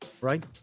right